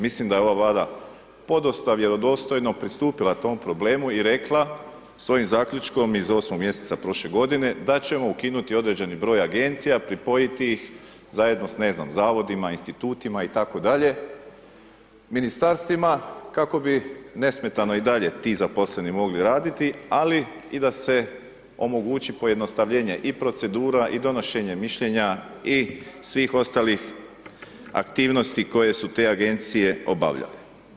Mislim da je ova Vlada podosta vjerodostojno pristupila tom problemu i rekla svojim zaključkom iz 8. mjeseca prošle godine da ćemo ukinuti određeni broj agencija, pripojiti ih zajedno s ne znam zavodima, institutima itd., ministarstvima kako bi nesmetano i dalje ti zaposleni mogli raditi, ali i da se omogući pojednostavljenje i procedura i donošenja mišljenja i svih ostalih aktivnosti koje su te agencije obavljale.